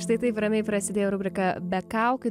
štai taip ramiai prasidėjo rubrika be kaukių